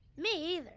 me either.